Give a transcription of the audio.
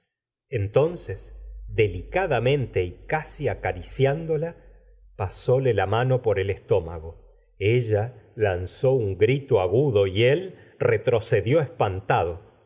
entonces delicada mente y casi acariciándola pasóle la mano por el estómago ella lanzó un grito agudo y él retrocedió espantado